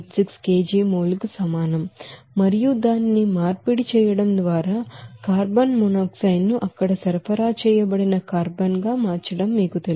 1286 kg mole కు సమానం మరియు దానిని మార్పిడి చేయడం ద్వారా కార్బన్ మోనాక్సైడ్ ను అక్కడ సరఫరా చేయబడిన కార్బన్ గా మార్చడం మీకు తెలుసు